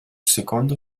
secondo